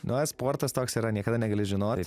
na sportas toks yra niekada negali žinot